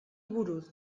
buruz